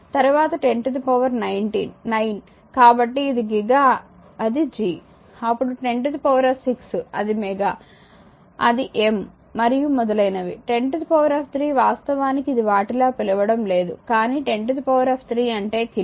కాబట్టి ఇది గిగా అది G అప్పుడు 106 అది మెగా అది M మరియు మొదలైనవి 103 వాస్తవానికి ఇది వాటిలా పిలవడం లేదు కానీ 103 అంటే కిలో